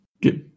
get